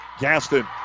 Gaston